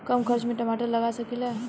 कम खर्च में टमाटर लगा सकीला?